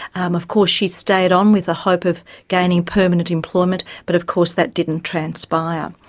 um of course she stayed on with the hope of gaining permanent employment but of course that didn't transpire.